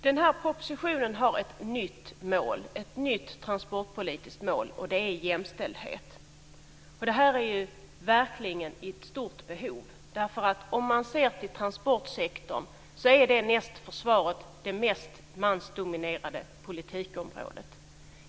Den här propositionen har ett nytt transportpolitiskt mål - det är jämställdhet. Och det är verkligen ett stort behov av det därför att transportsektorn är näst försvaret det mest mansdominerade politikområdet.